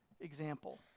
example